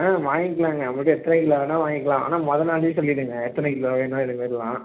ஆ வாங்கிக்கிலாங்க நமக்கு எத்தனை கிலோ வேணால் வாங்கிக்கலாம் ஆனால் மொதல் நாளே சொல்லிடுங்க எத்தனை கிலோ வேணும் இதைமேரிலாம்